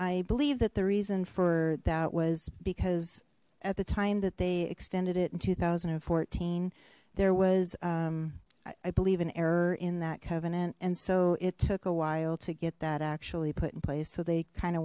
i believe that the reason for that was because at the time that they extended it in two thousand and fourteen there was i believe an error in that covenant and so it took a while to get that actual put in place so they kind